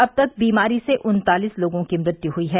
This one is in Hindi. अब तक बीमारी से उन्तालीस लोगों की मृत्यु हुई है